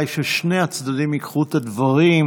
שאתם רוצים, גם לדבר?